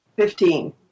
Fifteen